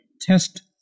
test